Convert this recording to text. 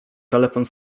telefon